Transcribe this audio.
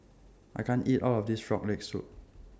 I can't eat All of This Frog Leg Soup